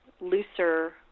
looser